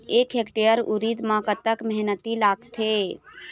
एक हेक्टेयर उरीद म कतक मेहनती लागथे?